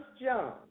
John